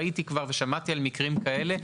ראיתי ושמעתי על מקרים כאלה,